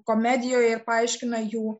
komedijoje ir paaiškina jų